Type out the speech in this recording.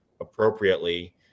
appropriately